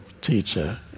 teacher